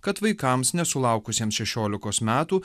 kad vaikams nesulaukusiems šešiolikos metų